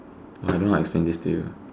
oh I don't know how to explain this to you